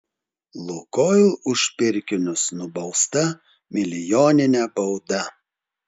lukoil už pirkinius nubausta milijonine bauda